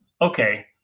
okay